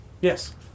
Yes